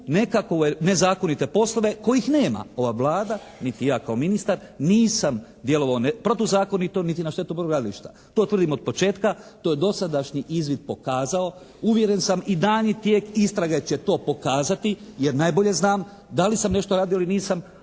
nekakve nezakonite poslove kojih nema. Ova Vlada niti ja kao ministar nisam djelovao protuzakonito niti na štetu brodogradilišta. To tvrdim od početka. To je dosadašnji izvid pokazao. Uvjeren sam i daljnji tijek istrage će to pokazati jer najbolje znam da li sam nešto radio ili nisam,